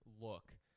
look